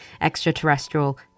extraterrestrial